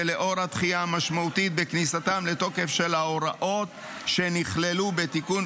ולאור הדחייה המשמעותית בכניסתן לתוקף של ההוראות שנכללו בתיקון,